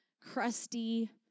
crusty